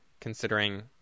considering